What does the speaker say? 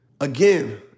Again